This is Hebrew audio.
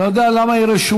אני לא יודע למה היא רשומה.